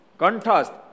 contrast